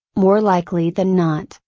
more likely than not,